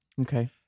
okay